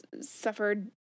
suffered